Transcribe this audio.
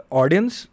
audience